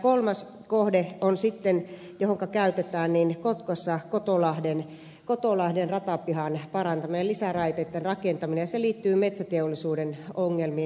kolmas kohde johon käytetään on kotkassa kotolahden ratapihan parantaminen lisäraiteitten rakentaminen ja se liittyy metsäteollisuuden ongelmiin